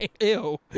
Ew